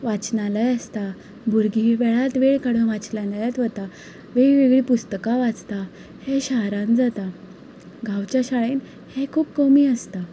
वाचनालय आसता भुरगीं वेळांत वेळ काडून वाचनालयांत वता वेगवेगळीं पुस्तकां वाचता हें शहरांत जाता गांवच्या शाळेन हें खूब कमी आसता